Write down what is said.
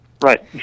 right